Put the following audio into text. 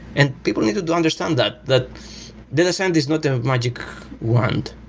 and people needed to understand that, that data science is not a magic wand.